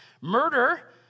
Murder